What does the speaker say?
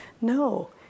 No